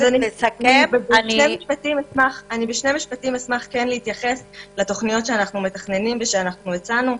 בשני משפטים אשמח להתייחס לתוכניות שאנחנו מתכננים ושהצענו.